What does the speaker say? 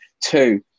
Two